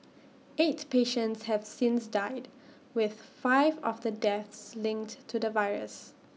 eight patients have since died with five of the deaths linked to the virus